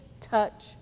touch